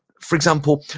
for example,